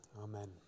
Amen